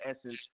essence